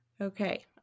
Okay